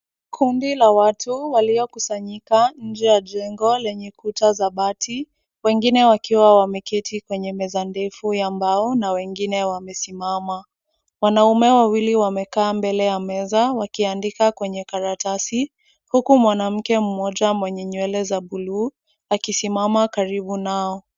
Kundi la watu waliokusanyika nje ya jengo lenye kuta za bati, wengine wakiwa wameketi kwenye meza ndefu ya mbao na wengine wamesimama. Wanaume wawili wamekaa mbele ya meza wakiandika kwenye karatasi, huku mwanamke mmoja mwenye nywele za blue akisimama karibu nao.